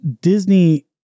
Disney